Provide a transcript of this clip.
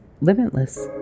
limitless